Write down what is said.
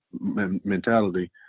mentality